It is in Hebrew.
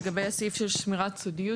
ראשית, לגבי הסעיף של שמירת סודיות.